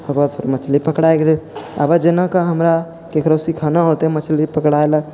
ओकरा बाद फेरो मछली पकड़ा गेलै आब जेनाकि हमरा ककरो सिखाना होतै मछली पकड़ैलए